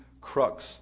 crux